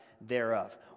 thereof